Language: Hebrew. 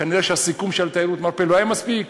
כנראה הסיכום של תיירות מרפא לא היה מספיק,